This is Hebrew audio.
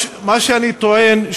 מה שאני טוען,